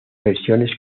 versiones